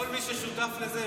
כל מי ששותף לזה,